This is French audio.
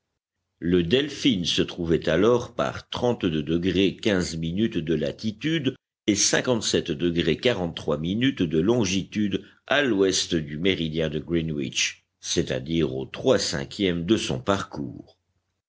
le delphin se trouvait alors par de latitude et de longitude à l'ouest du méridien de greenwich c'est-à-dire aux trois cinquièmes de son parcours